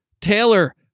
Taylor